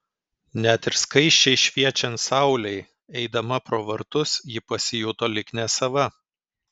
net ir skaisčiai šviečiant saulei eidama pro vartus ji pasijuto lyg nesava